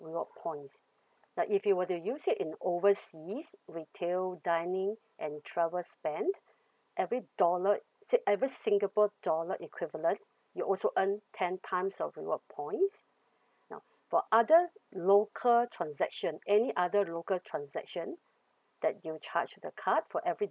reward points now if you were to use it in overseas retail dining and travel spent every dollar said every singapore dollar equivalent you also earn ten times of reward points now for other local transaction any other local transaction that your charge the card for every